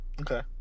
Okay